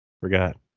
forgot